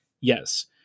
Yes